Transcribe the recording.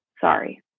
sorry